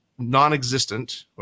non-existent